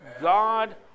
God